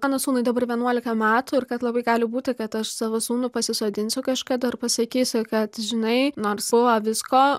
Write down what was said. mano sūnui dabar vienuolika metų ir kad labai gali būti kad aš savo sūnų pasisodinsiu kažkda ir pasakysiu kad žinai nors buvo visko